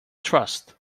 trust